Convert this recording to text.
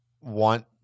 want